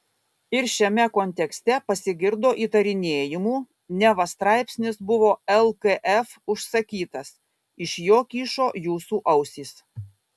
ir šiame kontekste pasigirdo įtarinėjimų neva straipsnis buvo lkf užsakytas iš jo kyšo jūsų ausys